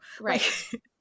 Right